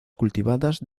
cultivadas